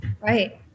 Right